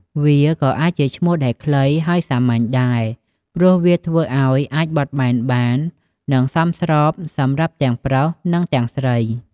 វាក៏អាចជាឈ្មោះដែលខ្លី ហើយសាមញ្ញដែរ ព្រោះវាធ្វើឱ្យអាចបត់បែនបាន និងសមស្របសម្រាប់ទាំងប្រុស និងទាំងស្រី។